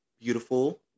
beautiful